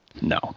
No